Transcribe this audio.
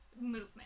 movement